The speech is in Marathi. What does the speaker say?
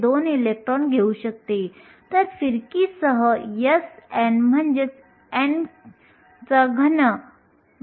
5 इलेक्ट्रॉन व्होल्टपेक्षा जास्त पॉईंट असेल kT सहसा mevच्या क्रमाचा असतो